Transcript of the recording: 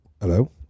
Hello